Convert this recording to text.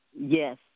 Yes